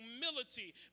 humility